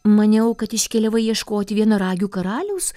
maniau kad iškeliavai ieškoti vienaragių karaliaus